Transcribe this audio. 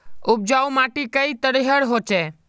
उपजाऊ माटी कई तरहेर होचए?